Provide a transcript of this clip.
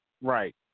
Right